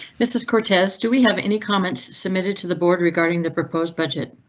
mrs cortez. do we have any comments submitted to the board regarding the proposed budget?